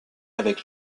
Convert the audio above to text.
avec